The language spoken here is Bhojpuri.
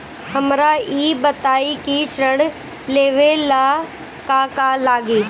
हमरा ई बताई की ऋण लेवे ला का का लागी?